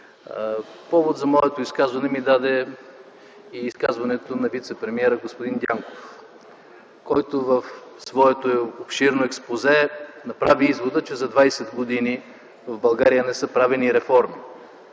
Повод за моето изказване ми даде и изказването на вицепремиера господин Дянков, който в своето обширно експозе направи извода, че за двадесет години в България не са правени реформи,